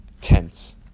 tense